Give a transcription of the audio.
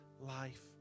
life